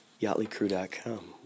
yachtlycrew.com